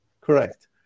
correct